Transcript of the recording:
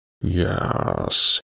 Yes